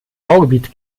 baugebiet